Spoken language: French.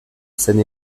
seine